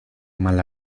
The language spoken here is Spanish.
mal